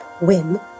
win